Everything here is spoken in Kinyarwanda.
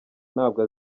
ntabwo